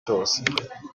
cyose